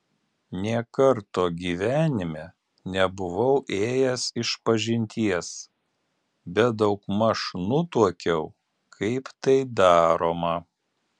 nė karto gyvenime nebuvau ėjęs išpažinties bet daugmaž nutuokiau kaip tai daroma